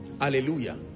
Hallelujah